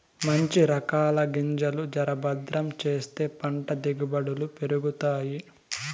మంచి రకాల గింజలు జర భద్రం చేస్తే పంట దిగుబడులు పెరుగుతాయి